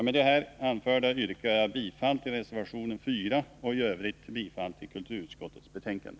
Med det anförda yrkar jag bifall till reservation 4 och i övrigt till kulturutskottets betänkande.